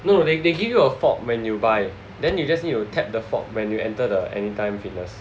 no they they give you a fob when you buy then you just need to tap the fob when you enter the Anytime fitness